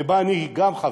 שבה גם אני חבר,